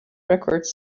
records